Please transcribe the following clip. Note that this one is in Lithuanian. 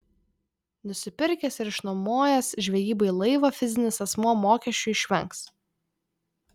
nusipirkęs ir išnuomojęs žvejybai laivą fizinis asmuo mokesčių išvengs